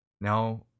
Now